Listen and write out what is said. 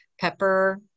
pepper